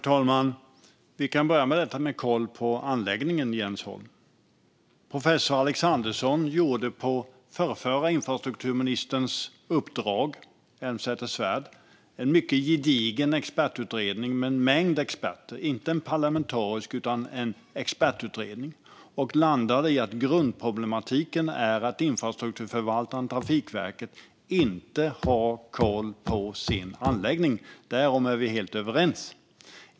Fru talman! Vi kan börja med detta med koll på anläggningen, Jens Holm. Professor Alexandersson gjorde på förrförra infrastrukturministerns, Elmsäter-Svärds, uppdrag en mycket gedigen utredning. Det var en expertutredning med en mängd experter. Det var inte en parlamentarisk utredning utan en expertutredning. Han landade i att grundproblematiken är att infrastrukturförvaltaren Trafikverket inte har koll på sin anläggning. Därom är vi helt överens.